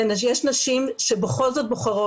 יש נשים שבכל זאת בוחרות,